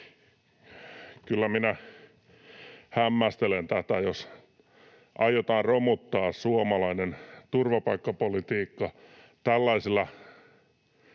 Kyllä minä hämmästelen tätä, jos aiotaan romuttaa suomalainen turvapaikkapolitiikka tällaisilla